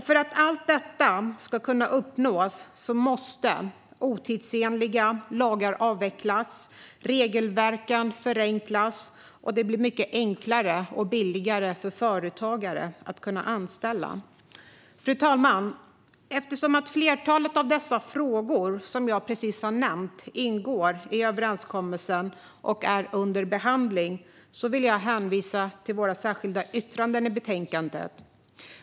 För att allt detta ska kunna uppnås måste otidsenliga lagar avvecklas. Regelverken måste förenklas, och det måste bli mycket enklare och billigare för företagare att anställa. Fru talman! Eftersom flertalet av de frågor som jag precis har nämnt ingår i överenskommelsen och är under behandling vill jag hänvisa till våra särskilda yttranden i betänkandet.